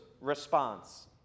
response